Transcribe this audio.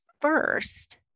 first